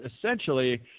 essentially